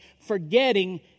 Forgetting